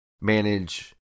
manage